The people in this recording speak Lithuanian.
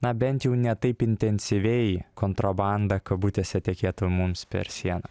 na bent jau ne taip intensyviai kontrabanda kabutėse tekėtų mums per sieną